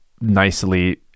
nicely